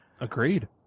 Agreed